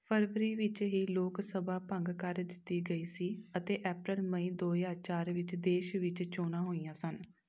ਫਰਵਰੀ ਵਿੱਚ ਹੀ ਲੋਕ ਸਭਾ ਭੰਗ ਕਰ ਦਿੱਤੀ ਗਈ ਸੀ ਅਤੇ ਅਪ੍ਰੈਲ ਮਈ ਦੋ ਹਜ਼ਾਰ ਚਾਰ ਵਿੱਚ ਦੇਸ਼ ਵਿੱਚ ਚੋਣਾਂ ਹੋਈਆਂ ਸਨ